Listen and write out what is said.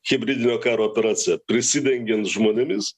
hibridinio karo operacija prisidengiant žmonėmis